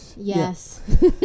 Yes